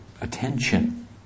attention